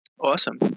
Awesome